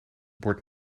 bord